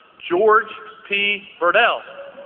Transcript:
george p. burdell.